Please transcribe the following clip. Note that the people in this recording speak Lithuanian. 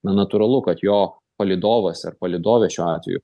na natūralu kad jo palydovas ar palydovė šiuo atveju